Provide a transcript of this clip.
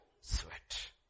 sweat